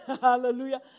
hallelujah